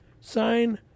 sign